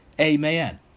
Amen